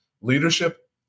leadership